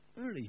early